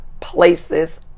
places